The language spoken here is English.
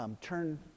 turn